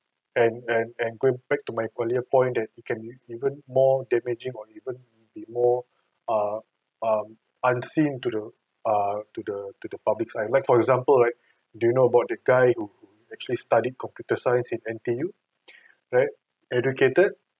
and and and going back to my earlier point that it can be even more damaging or even will be more uh um unseen to the uh to the to the public's eye like for example right do you know about the guy who actually studied computer science in N_T_U right educated